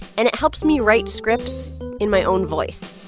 and it helps me write scripts in my own voice